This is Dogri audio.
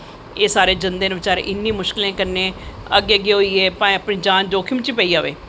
एह् सारे जंदे न बचैरे इन्नी मुश्कलें कन्नैं अग्गैं अग्गैं होईयै बाए अपनी जान जोखिम च पेई जाए